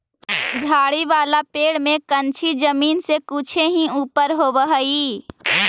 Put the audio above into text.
झाड़ी वाला पेड़ में कंछी जमीन से कुछे ही ऊपर होवऽ हई